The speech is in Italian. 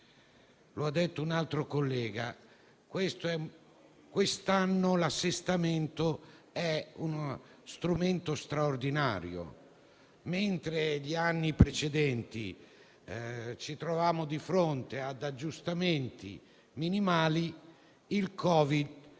l'assestamento è uno strumento straordinario perché, mentre negli anni precedenti ci trovavamo di fronte ad aggiustamenti minimali, il Covid